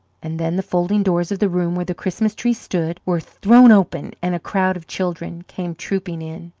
and then the folding doors of the room where the christmas-tree stood were thrown open, and a crowd of children came trooping in.